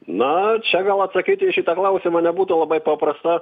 na čia gal atsakyti į šitą klausimą nebūtų labai paprasta